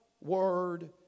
word